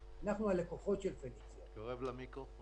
אנחנו הלקוחות של "פניציה".